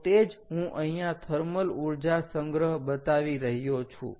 તો તે જ હું અહીંયા થર્મલ ઊર્જા સંગ્રહ બતાવી રહ્યો છું